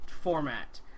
format